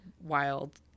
wild